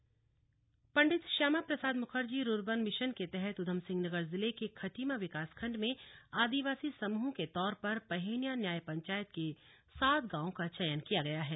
rurban mission Pandit Shyama Prasad Mukherjee rurban mission के तहत ऊधमसिंह नगर जिले के खटीमा विकास खंड में आदिवासी समृह के तौर पर पहेनिया न्याय पंचायत के सात गांवों का चयन किया गया है